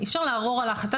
אי אפשר לעורר על ההחלטה.